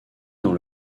dans